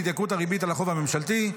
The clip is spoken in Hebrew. התייקרות הריבית על החוב הממשלתי,